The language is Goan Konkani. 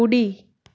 उडी